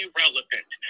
relevant